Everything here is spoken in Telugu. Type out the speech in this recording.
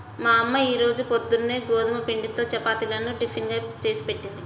మా అమ్మ ఈ రోజు పొద్దున్న గోధుమ పిండితో చపాతీలను టిఫిన్ గా చేసిపెట్టింది